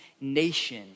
nation